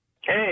Hey